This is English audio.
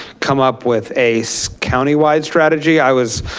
come up with a so countywide strategy. i was,